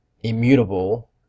immutable